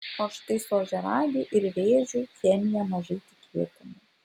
o štai su ožiaragiu ir vėžiu chemija mažai tikėtina